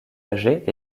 âgés